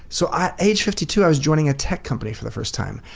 so at age fifty-two i was joining a tech company for the first time.